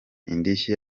indishyi